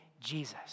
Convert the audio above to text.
Jesus